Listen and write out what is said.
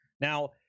Now